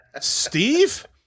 Steve